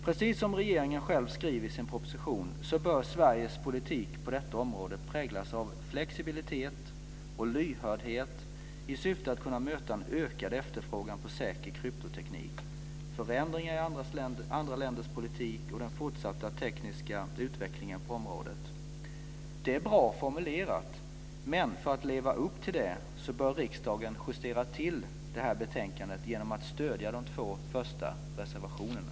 Precis som regeringen själv skriver i sin proposition bör Sveriges politik på detta område präglas av flexibilitet och lyhördhet i syfte att kunna möta en ökad efterfrågan på säker kryptoteknik, förändringar i andra länders politik och den fortsatta tekniska utvecklingen på området. Det är bra formulerat, men för att leva upp till det bör riksdagen justera betänkandet genom att stödja de två första reservationerna.